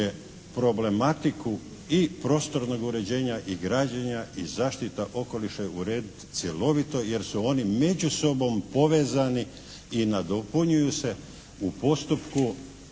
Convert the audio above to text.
problematiku i prostornog uređenja i građenja i zaštita okoliša urediti cjelovito jer su oni među sobom povezani i nadopunjuju se u postupku